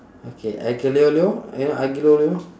okay aglio olio you know aglio olio